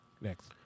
Next